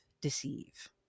deceive